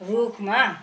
रूपमा